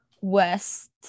west